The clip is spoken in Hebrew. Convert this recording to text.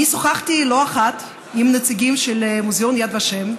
שוחחתי לא אחת עם נציגים של מוזיאון יד ושם,